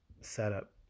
setup